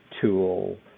tool